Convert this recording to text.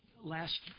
last